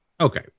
Okay